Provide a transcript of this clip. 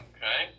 Okay